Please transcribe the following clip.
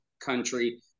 country